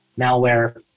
malware